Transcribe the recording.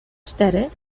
cztery